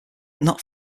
not